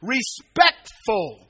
Respectful